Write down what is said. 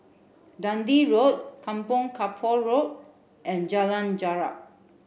Dundee Road Kampong Kapor Road and Jalan Jarak